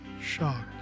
shocked